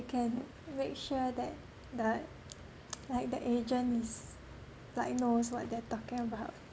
can make sure that the like the agent is like knows what they're talking about